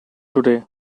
today